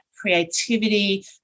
creativity